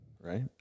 right